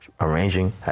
arranging